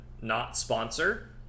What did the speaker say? not-sponsor